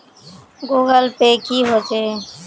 Google Pay की होचे?